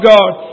God